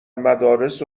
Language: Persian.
مدارس